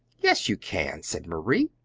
yes, you can, said marie.